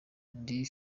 ndi